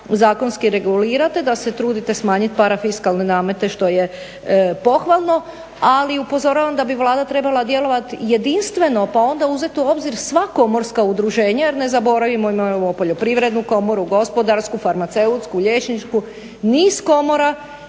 zakonski regulirate, da se trudite smanjiti parafiskalne namete što je pohvalno, ali upozoravam da bi Vlada trebala djelovati jedinstveno pa onda uzeti u obzir sva komorska udruženja. Jer ne zaboravimo imamo Poljoprivrednu komoru, Gospodarsku komoru, farmaceutsku, liječničku, niz komora